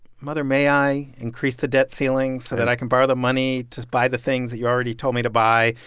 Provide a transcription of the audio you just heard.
mother may i increase the debt ceiling so that i can borrow the money to buy the things that you already told me to buy?